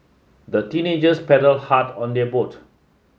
the teenagers paddled hard on their boat